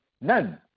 None